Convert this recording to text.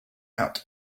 out